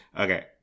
Okay